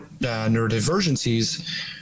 neurodivergencies